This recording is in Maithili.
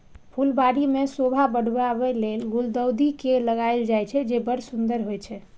फुलबाड़ी के शोभा बढ़ाबै लेल गुलदाउदी के लगायल जाइ छै, जे बड़ सुंदर होइ छै